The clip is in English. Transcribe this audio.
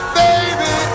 baby